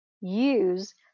use